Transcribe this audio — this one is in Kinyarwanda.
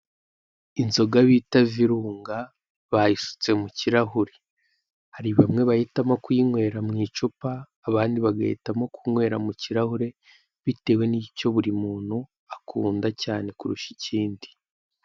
Inzoga bita virunga bayisutse mu kirahure, hari bamwe bahitamo kuyinywera mu icupa abandi bagahitamo kunywera mu kirahure bitewe n'icyo buri muntu akunda cyane kurusha ikindi.